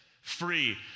free